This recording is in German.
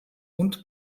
und